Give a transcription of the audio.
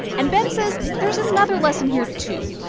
and ben says there's another lesson here, too,